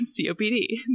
COPD